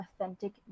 authentic